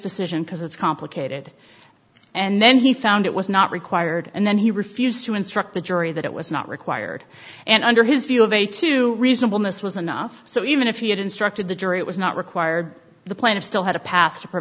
decision because it's complicated and then he found it was not required and then he refused to instruct the jury that it was not required and under his view of a two reasonable miss was enough so even if he had instructed the jury it was not required the planet still had a pa